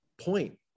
point